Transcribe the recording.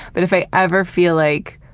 but if i ever feel like